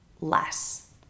less